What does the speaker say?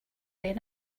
rain